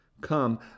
Come